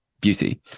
beauty